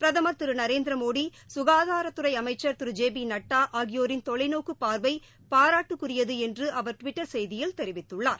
பிரதம் திரு நரேந்திரமோடி ககாதாரத்துறை அமைச்ச் திரு ஜே பி நட்டா ஆகியோரின் தொலைநோக்குப் பார்வை பாராட்டுக்குரியது என்று அவர் டுவிட்டர் செய்தியில் தெரிவித்துள்ளார்